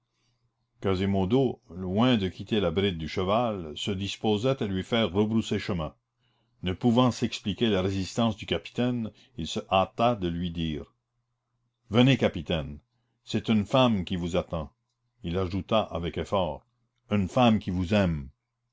quasimodo loin de quitter la bride du cheval se disposait à lui faire rebrousser chemin ne pouvant s'expliquer la résistance du capitaine il se hâta de lui dire venez capitaine c'est une femme qui vous attend il ajouta avec effort une femme qui vous aime